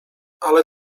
ale